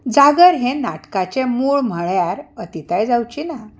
जागर हें नाटकाचें मूळ म्हळ्यार अतिताय जावची ना